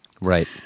Right